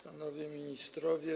Panowie Ministrowie!